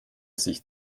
sich